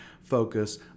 focus